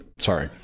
sorry